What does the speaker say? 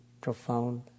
profound